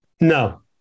No